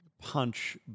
punch